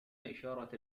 اشارة